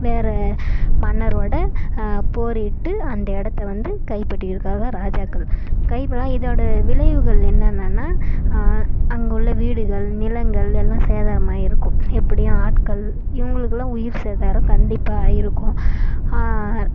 வேறு மன்னரோட போரிட்டு அந்த இடத்த வந்து கைபற்றி இருக்காங்க ராஜாக்கள் கைபடா இதோட விளைவுகள் என்னென்னன்னா அங்கு உள்ள வீடுகள் நிலங்கள் எல்லாம் சேதாராமாயிருக்கும் எப்படியும் ஆட்கள் இவங்களுக்குலாம் உயிர் சேதாரம் கண்டிப்பாக ஆயிருக்கும்